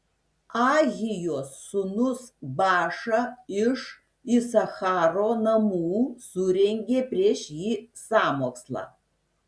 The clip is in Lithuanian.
ahijos sūnus baša iš isacharo namų surengė prieš jį sąmokslą